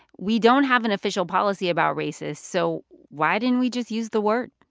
we don't have an official policy about racist. so why didn't we just use the word?